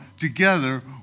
Together